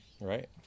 Right